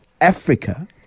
Africa